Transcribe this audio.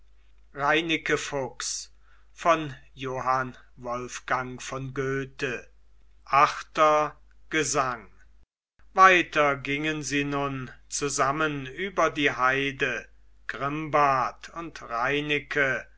achter gesang weiter gingen sie nun zusammen über die heide grimbart und